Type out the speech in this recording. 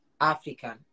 African